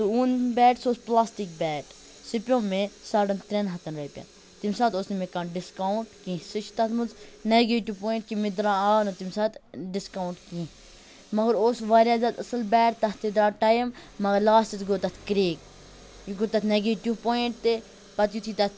تہٕ اوٚن بیٹ سُہ اوس پلاسٹِک بیٹ سُہ پیٚو مےٚ ساڑَن تریٚن ہَتَن رۄپیَن تمہِ ساتہٕ اوس نہٕ مےٚ کانٛہہ ڈِسکاوُنٛٹ کینٛہہ سُہ چھُ تَتھ مَنٛز نیگیٹِو پۄیِنٛٹ کہِ مےٚ درا آو نہٕ تمہِ ساتہٕ ڈٕسکاوُنٹ کینٛہہ مَگَر اوس واریاہ زیادٕ اصل بیٹ تَتھ تہِ دراو ٹایِم مَگَر لاسٹَس گوٚو تَتھ کریک یہِ گو تَتھ نیٚگیٹِو پۄیِنٛٹ تہِ پَتہٕ یِتھُے تَتھ